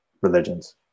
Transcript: religions